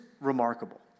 remarkable